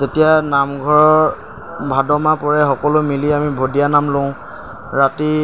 যেতিয়া নামঘৰ ভাদ মাহ পৰে সকলো মিলি আমি ভদীয়া নাম লওঁ ৰাতি